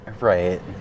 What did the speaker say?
Right